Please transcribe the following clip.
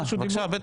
בבקשה, בטח.